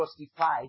justified